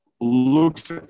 looks